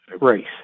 race